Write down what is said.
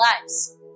lives